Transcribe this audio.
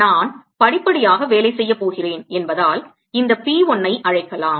நான் படிப்படியாக வேலை செய்யப் போகிறேன் என்பதால் இந்த P 1 ஐ அழைக்கலாம்